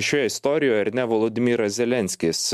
šioj istorijoj ar ne volodymyras zelenskis